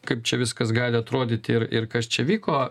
kaip čia viskas gali atrodyti ir ir kas čia vyko